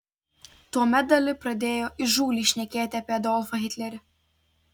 tuomet dali pradėjo įžūliai šnekėti apie adolfą hitlerį